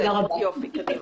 תודה רבה.